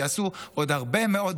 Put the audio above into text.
ויעשו עוד הרבה מאוד דברים,